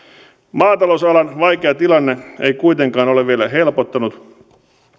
maatalousalan vaikea tilanne ei kuitenkaan ole vielä helpottanut